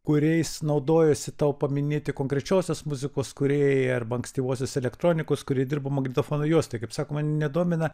kuriais naudojosi tavo paminėti konkrečiosios muzikos kūrėjai arba ankstyvosios elektronikos kuri dirbo magnetofono juostoj kaip sakoma nedomina